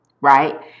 right